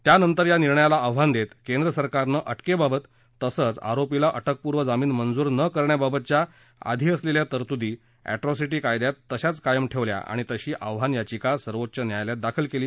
त्यानंतर या निर्णयाला आव्हान देत केंद्रसरकारनं अटकेबाबत तसंच आरोपीला अटकपूर्व जामिन मंजूर न करण्याबाबतच्या आधी असलेल्या तरतूदी अॅट्रॉसिटी कायद्यात तशाच कायम ठेवल्या आणि तशी आव्हान याचिका सर्वोच्च न्यायालयात दाखल केली